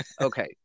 okay